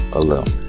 alone